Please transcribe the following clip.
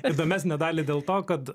įdomesnę dalį dėl to kad